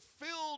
filled